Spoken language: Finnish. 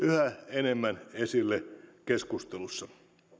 enemmän esille keskustelussa